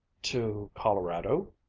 to colorado?